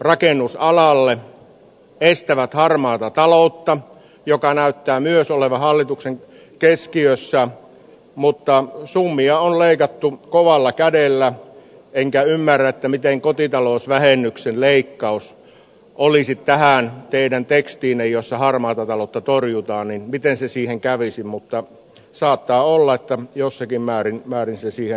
rakennusalalle estävät harmaata taloutta joka näyttää myös olevan hallituksen keskiössä mutta summia on leikattu kovalla kädellä enkä ymmärrä miten kotitalousvähennyksen leikkaus tähän teidän tekstiinne jossa harmaata taloutta torjutaan kävisi mutta saattaa olla että jossakin määrin se siihen soveltuu